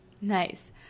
nice